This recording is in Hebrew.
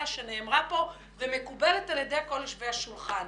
שנאמרה כאן ומקובלת על כל יושבי השולחן.